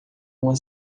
uma